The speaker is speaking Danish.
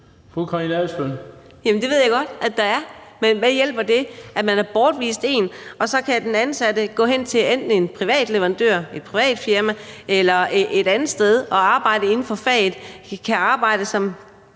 Det ved jeg godt at der er. Men hvad hjælper det, at man har bortvist én ansat, og så kan dén ansatte gå hen til enten en privat leverandør, altså et privat firma, eller et andet sted og arbejde inden for faget, altså kan arbejde som